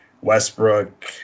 Westbrook